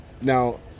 Now